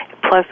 plus